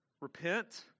repent